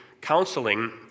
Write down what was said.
counseling